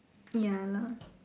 ya lah